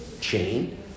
chain